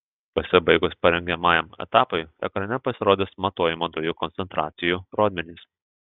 pasibaigus parengiamajam etapui ekrane pasirodys matuojamų dujų koncentracijų rodmenys